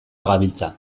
gabiltza